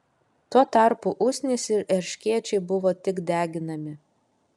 tuo tarpu usnys ir erškėčiai buvo tik deginami